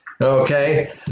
okay